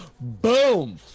Boom